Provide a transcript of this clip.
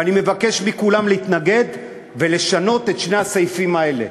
ואני מבקש מכולם להתנגד ולשנות את שני הסעיפים האלה.